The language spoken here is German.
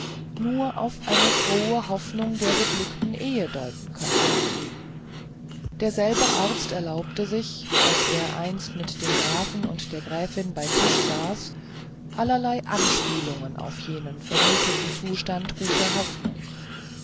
nur auf eine frohe hoffnung der beglückten ehe deuten könnten derselbe arzt erlaubte sich als er einst mit dem grafen und der gräfin bei tische saß allerlei anspielungen auf jenen vermuteten zustand guter hoffnung